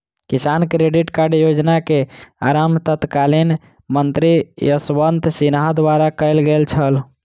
किसान credit card योजना के आरम्भ तत्कालीन मंत्री यशवंत सिन्हा द्वारा कयल गेल छल